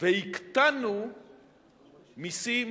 והקטנו מסים